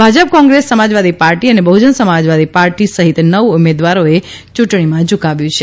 Bhajap Congress Samajwadi party અને બહુજન સમાજપાર્ટી સહિત નવ ઉમેદવારોએ યુંટણીમાં ઝુંકાવ્યું છે